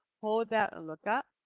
hold that and look up,